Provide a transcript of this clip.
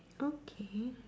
okay